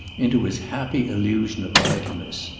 into his happy illusion of idleness?